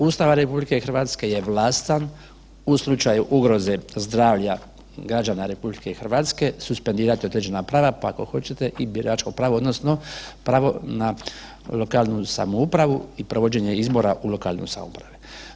Ustava RH je vlastan u slučaju ugroze zdravlja građana RH suspendirati određena prava pa ako hoćete i biračko pravo odnosno pravo na lokalnu samoupravu i provođenje izbora u lokalnoj samoupravi.